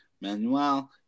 Manuel